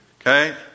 Okay